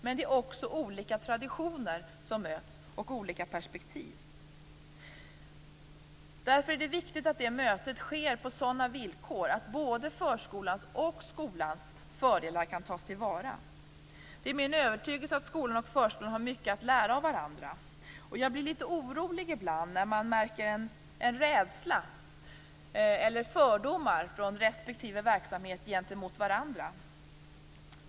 Men det är också olika traditioner som möts och olika perspektiv. Därför är det viktigt att det mötet sker på sådana villkor att både förskolans och skolans fördelar kan tas till vara. Det är min övertygelse att skolan och förskolan har mycket att lära av varandra. Jag blir litet orolig ibland när man märker en rädsla eller fördomar från respektive verksamhet gentemot varandra.